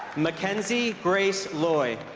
mackenzie grace loi